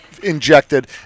injected